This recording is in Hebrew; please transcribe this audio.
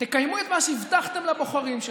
תקיימו את מה שהבטחתם לבוחרים שלכם,